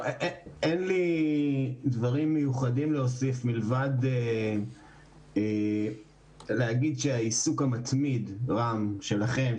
לי דברים מיוחדים להוסיף מלבד לומר שהעיסוק המתמיד שלכם,